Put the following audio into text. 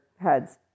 heads